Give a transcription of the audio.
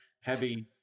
heavy